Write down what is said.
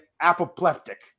apoplectic